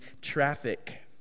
traffic